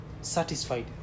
satisfied